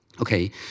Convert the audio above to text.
Okay